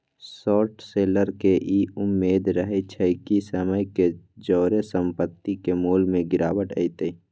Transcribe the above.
short seller के इ उम्मेद रहइ छइ कि समय के जौरे संपत्ति के मोल में गिरावट अतइ